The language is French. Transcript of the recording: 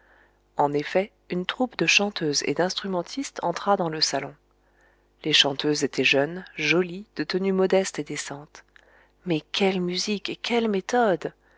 en effet une troupe de chanteuses et d'instrumentistes entra dans le salon les chanteuses étaient jeunes jolies de tenue modeste et décente mais quelle musique et quelle méthode